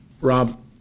Rob